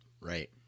Right